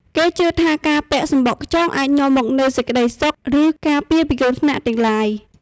គេជឿថាការពាក់សំបកខ្យងអាចនាំមកនូវសេចក្តីសុខ ឬការពារពីគ្រោះថ្នាក់ទាំងឡាយ។